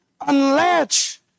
unlatch